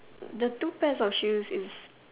the two pairs of shoes is